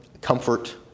comfort